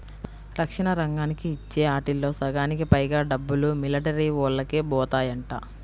రక్షణ రంగానికి ఇచ్చే ఆటిల్లో సగానికి పైగా డబ్బులు మిలిటరీవోల్లకే బోతాయంట